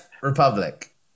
Republic